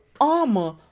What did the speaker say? armor